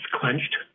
clenched